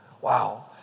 Wow